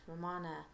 Ramana